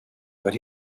that